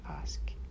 ask